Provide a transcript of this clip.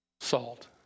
salt